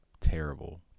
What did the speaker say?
terrible